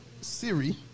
Siri